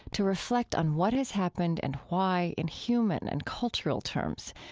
to reflect on what has happened and why in human and cultural terms,